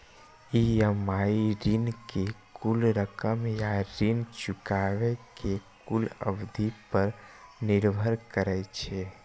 EMI ऋण के कुल रकम आ ऋण चुकाबै के कुल अवधि पर निर्भर करै छै